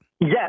Yes